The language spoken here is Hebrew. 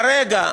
כרגע,